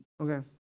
Okay